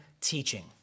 teaching